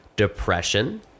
depression